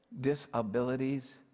disabilities